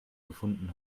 gefunden